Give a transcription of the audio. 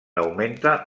augmenta